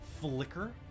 flicker